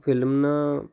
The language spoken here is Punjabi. ਫ਼ਿਲਮ ਨਾ